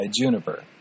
juniper